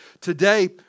Today